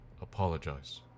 Apologize